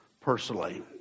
personally